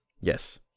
Yes